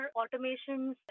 automations